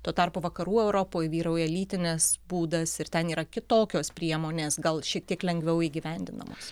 tuo tarpu vakarų europoj vyrauja lytinis būdas ir ten yra kitokios priemonės gal šiek tiek lengviau įgyvendinamos